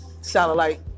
Satellite